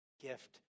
gift